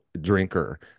drinker